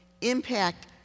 impact